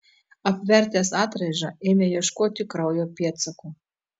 apvertęs atraižą ėmė ieškoti kraujo pėdsakų